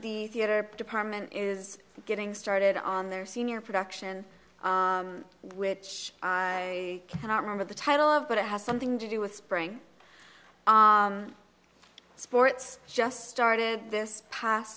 the theater department is getting started on their senior production which i cannot remember the title of but it has something to do with spring sports just started this past